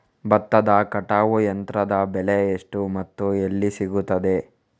ಭತ್ತದ ಕಟಾವು ಯಂತ್ರದ ಬೆಲೆ ಎಷ್ಟು ಮತ್ತು ಎಲ್ಲಿ ಸಿಗುತ್ತದೆ?